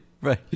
right